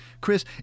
Chris